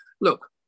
look